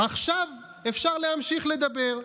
עכשיו אפשר להמשיך לדבר.